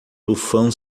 tufão